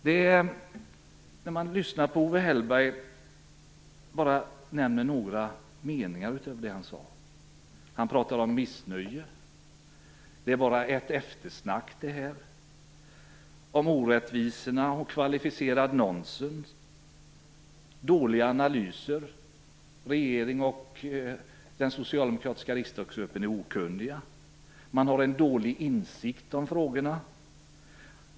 Jag nämner bara några av de saker Owe Hellberg talade om: Han pratar om missnöje. Det här är bara ett eftersnack. Orättvisor och kvalificerat nonsens. Dåliga analyser. Regeringen och den socialdemokratiska riksdagsgruppen är okunniga. Man har en dålig insikt om frågorna.